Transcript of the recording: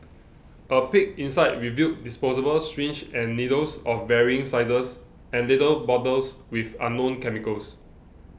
a peek inside revealed disposable syringes and needles of varying sizes and little bottles with unknown chemicals